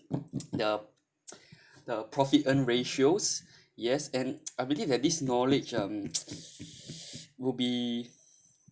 the the profit earn ratios yes and I believe that this knowledge um will be